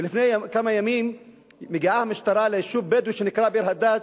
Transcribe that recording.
לפני כמה ימים מגיעה המשטרה ליישוב בדואי שנקרא ביר-הדאג',